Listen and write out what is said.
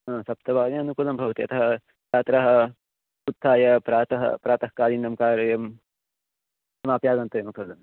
आ सप्तवादने अनुकूलं भवति अतः छात्राः उत्थाय प्रातः प्रातः कालीनं कार्यं समाप्य आगन्तव्यम् खलु